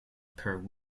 per